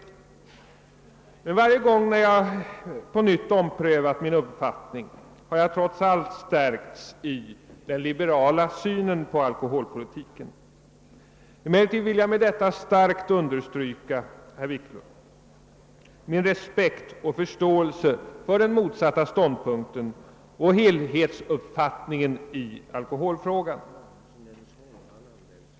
Varje gång jag omprövat min uppfattning har jar trots allt stärkts i den liberala synen på alkoholpolitiken. Jag vill emellertid, herr Wiklund, starkt understryka min respekt och förståelse för den motsatta ståndpunkten och helhetsuppfattningen i alkoholfrågan.